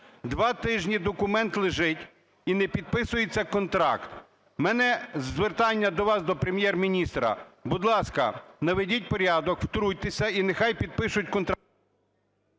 Два тижні документ лежить і не підписується контракт. У мене звертання до вас, до Прем'єр-міністра: будь ласка, наведіть порядок, втрутьтеся і нехай підпишуть контракт…